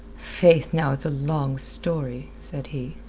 faith, now, it's a long story, said he.